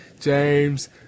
James